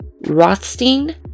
Rothstein